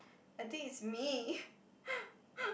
I think it's me